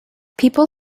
people